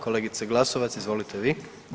Kolegice Glasovac izvolite vi.